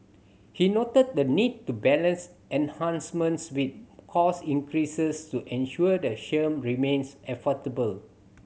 he noted the need to balance enhancements with cost increases to ensure the scheme remains affordable